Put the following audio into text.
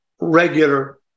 regular